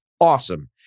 awesome